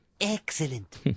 Excellent